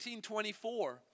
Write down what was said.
18.24